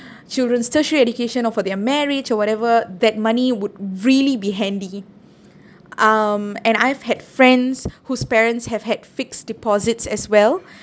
children's tertiary education or for their marriage or whatever that money would really be handy um and I've had friends whose parents have had fixed deposits as well